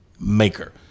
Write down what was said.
maker